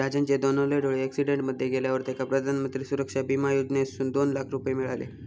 राजनचे दोनवले डोळे अॅक्सिडेंट मध्ये गेल्यावर तेका प्रधानमंत्री सुरक्षा बिमा योजनेसून दोन लाख रुपये मिळाले